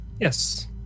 Yes